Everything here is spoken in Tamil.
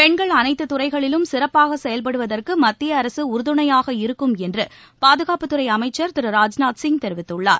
பென்கள் அனைத்து துறையிலும் சிறப்பாக செயல்படுவதற்கு மத்திய அரசு உறுதணையாக இருக்கும் என்று பாதுகாப்புத்துறை அமைச்சர் திரு ராஜ்நாத்சிங் தெரிவித்துள்ளார்